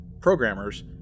programmers